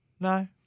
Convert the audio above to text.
No